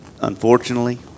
unfortunately